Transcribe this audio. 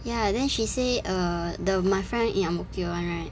ya then she say err the my friend in ang mo kio [one] right